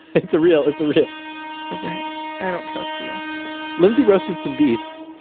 it's real it's real okay. i don't trust you lindsey roasted some beets,